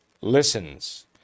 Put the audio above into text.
listens